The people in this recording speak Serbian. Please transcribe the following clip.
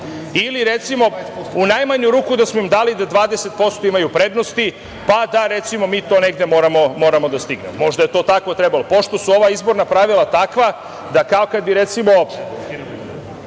Ili, recimo, u najmanju ruku da smo im dali da 20% imaju prednosti, pa da mi to negde moramo da stignemo. Možda je tako trebalo, pošto su ova izborna pravila takva da kao kad bi recimo